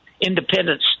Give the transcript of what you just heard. independence